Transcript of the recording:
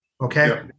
Okay